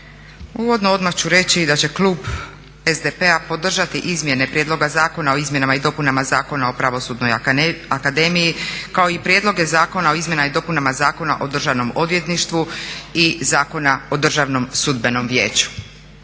Uvodno odmah ću reći da će klub SDP-a podržati izmjene prijedloga zakona o izmjenama i dopunama Zakona o Pravosudnoj akademiji kao i prijedloge zakona o izmjenama i dopunama Zakona o Državnom odvjetništvu i Zakona o Državnom sudbenom vijeću.